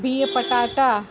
बिह पटाटा